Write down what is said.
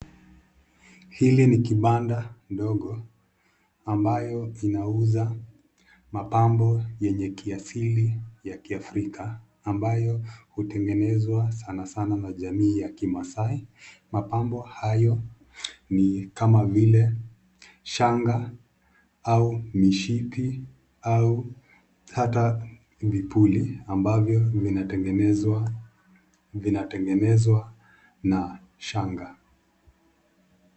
Hiki ni kibanda ndogo, ambayo inauza mapambo yenye kiasili ya Kiafrika, ambayo hutengenezwa sanasana na jamii ya Kimaasai. Mapambo hayo ni kama vile, shanga au mishipi hata vipuli ambavyo vinatengenezwa na shanga.